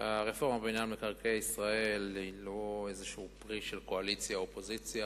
הרפורמה במינהל מקרקעי ישראל היא לא איזה פרי של קואליציה או אופוזיציה.